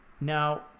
Now